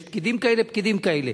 יש פקידים כאלה ופקידים כאלה,